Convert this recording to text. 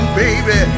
baby